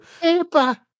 Paper